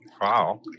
wow